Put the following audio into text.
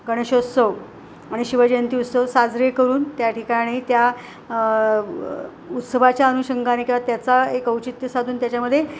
गणेशोत्सव आणि शिवजयंती उत्सव साजरे करून त्या ठिकाणी त्या उत्सवाच्या अनुषंगाने किंवा त्याचं एक औचित्य साधून त्याच्यामध्ये